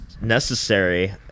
necessary